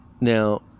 Now